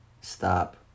stop